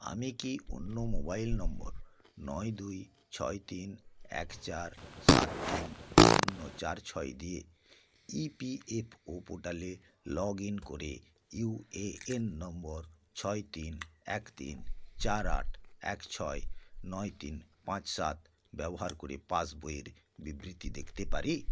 আমি কি অন্য মোবাইল নম্বর নয় দুই ছয় তিন এক চার সাত তিন শূন্য চার ছয় দিয়ে ইপিএফও পোর্টালে লগ ইন করে ইউএএন নম্বর ছয় তিন এক তিন চার আট এক ছয় নয় তিন পাঁচ সাত ব্যবহার করে পাসবইয়ের বিবৃতি দেখতে পারি